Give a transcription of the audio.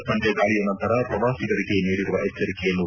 Easter Sunday ದಾಳಿಯ ನಂತರ ಪ್ರವಾಸಿಗರಿಗೆ ನೀಡಿರುವ ಎಚ್ಚರಿಕೆಯನ್ನು ು